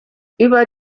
über